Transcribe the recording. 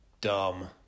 dumb